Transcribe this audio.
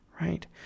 right